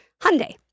Hyundai